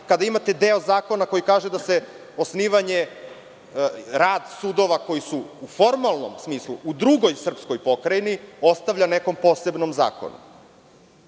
kada imate deo zakona koji kaže da de osnivanje rad sudova koji su u formalnom smislu, u drugoj srpskoj pokrajini, ostavlja nekom posebnom zakonu.